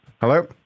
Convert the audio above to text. hello